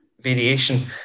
variation